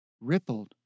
Rippled